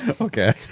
Okay